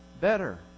better